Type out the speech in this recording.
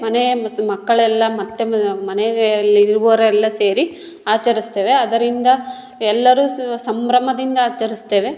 ಮನೆಯ ಮಸ್ ಮಕ್ಕಳೆಲ್ಲ ಮತ್ತು ಮನೆಗಳಲ್ಲಿ ಇರುವವರೆಲ್ಲ ಸೇರಿ ಆಚರಿಸ್ತೇವೆ ಅದರಿಂದ ಎಲ್ಲರೂ ಸಂಭ್ರಮದಿಂದ ಆಚರಿಸ್ತೇವೆ